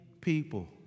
people